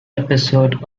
episode